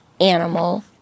animal